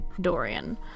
Dorian